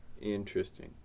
Interesting